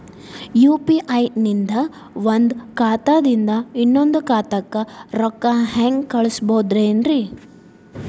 UPI ನಿಂದ ಒಂದ್ ಖಾತಾದಿಂದ ಇನ್ನೊಂದು ಖಾತಾಕ್ಕ ರೊಕ್ಕ ಹೆಂಗ್ ಕಳಸ್ಬೋದೇನ್ರಿ?